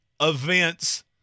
events